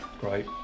Great